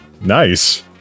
Nice